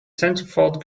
centerfold